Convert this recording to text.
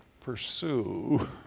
pursue